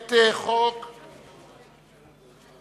את הצעת חוק